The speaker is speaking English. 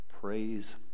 praise